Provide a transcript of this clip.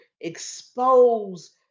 expose